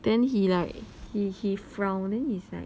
then he like he he frowned and then he's like